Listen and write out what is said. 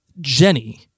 Jenny